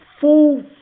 full